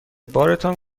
بارتان